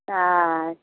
हँ